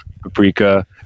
paprika